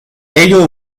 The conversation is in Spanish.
ello